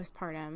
postpartum